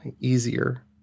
easier